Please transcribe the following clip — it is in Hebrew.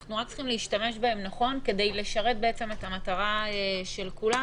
אנחנו רק צריכים להשתמש בהם נכון כדי לשרת את המטרה של כולנו,